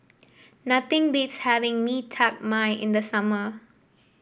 nothing beats having Mee Tai Mak in the summer